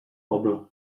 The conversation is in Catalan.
poble